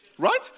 Right